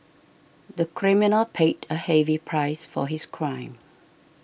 the criminal paid a heavy price for his crime